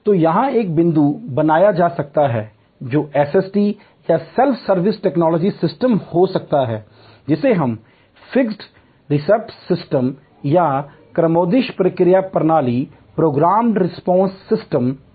तो यहां एक बिंदु बनाया जा सकता है जो एसएसटी या सेल्फ सर्विस टेक्नोलॉजी सिस्टम हो सकता है जिसे हम फिक्स्ड रिस्पांस सिस्टम या क्रमादेशित प्रतिक्रिया प्रणाली कहते हैं